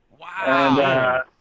Wow